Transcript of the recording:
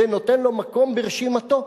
ונותן לו מקום ברשימתו,